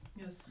Yes